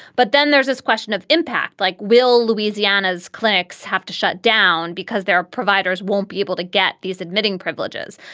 but then there's this question of impact, like will louisiana's clinics have to shut down because their providers won't be able to get these admitting privileges?